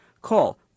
Call